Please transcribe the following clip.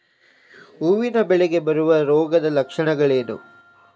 ಹೂವಿನ ಬೆಳೆಗೆ ಬರುವ ರೋಗದ ಲಕ್ಷಣಗಳೇನು?